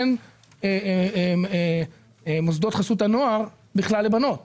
אין בכלל מוסדות חסות הנוער לבנות חרדיות.